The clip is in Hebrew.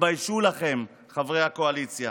תתביישו לכם, חברי הקואליציה.